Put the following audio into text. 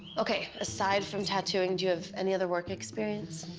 okay, aside from tattooing, do you have any other work experience?